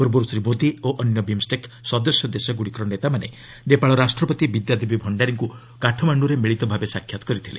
ପୂର୍ବରୁ ଶ୍ରୀ ମୋଦି ଓ ଅନ୍ୟ ବିମ୍ଷେକ୍ ସଦସ୍ୟ ଦେଶଗୁଡ଼ିକର ନେତାମାନେ ନେପାଳ ରାଷ୍ଟ୍ରପତି ବିଦ୍ୟାଦେବୀ ଭଣ୍ଡାରୀଙ୍କୁ କାଠମାଣ୍ଡୁରେ ମିଳିତଭାବେ ସାକ୍ଷାତ କରିଥିଲେ